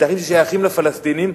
שטחים ששייכים לפלסטינים,